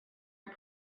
and